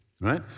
right